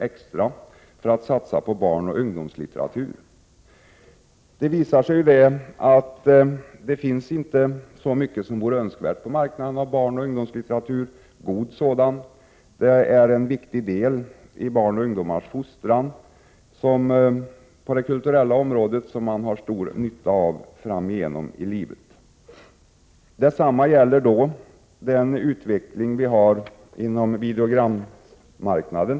extra för att satsa på barnoch ungdomslitteratur, Det visar sig att det inte finns så mycket god barnoch ungdomslitteratur på marknaden som vore önskvärt. Det är fråga om en viktig del i barns och ungdomars fostran på det kulturella området, som man har stor nytta av livet igenom. Detsamma gäller utvecklingen inom videogrammarknaden.